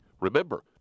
Remember